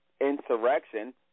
insurrection